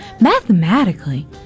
Mathematically